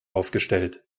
aufgestellt